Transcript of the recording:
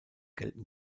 gelten